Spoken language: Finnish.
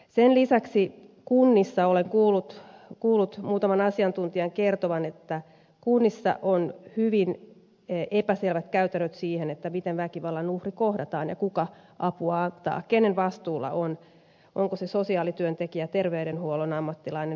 sen lisäksi olen kuullut muutaman asiantuntijan kunnissa kertovan että kunnissa on hyvin epäselvät käytännöt siinä miten väkivallan uhri kohdataan ja kuka apua antaa kenen vastuulla on onko se sosiaalityöntekijän terveydenhuollon ammattilaisen vai kenen